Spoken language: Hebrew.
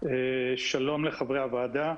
שלום לחברי הוועדה,